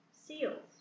seals